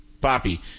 Poppy